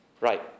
Right